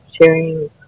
sharing